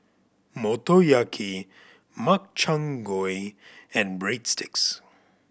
Motoyaki Makchang Gui and Breadsticks